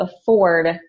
afford